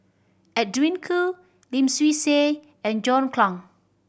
Edwin Koo Lim Swee Say and John Clang